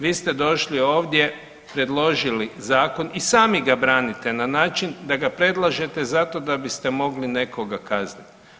Vi ste došli ovdje predložili zakon i sami ga branite na način da predlažete zato da biste mogli nekoga kaznit.